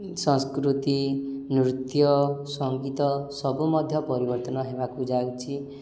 ସଂସ୍କୃତି ନୃତ୍ୟ ସଙ୍ଗୀତ ସବୁ ମଧ୍ୟ ପରିବର୍ତ୍ତନ ହେବାକୁ ଯାଉଛି